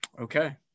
Okay